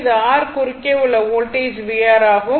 இது R குறுக்கே உள்ள வோல்டேஜ் vR ஆகும்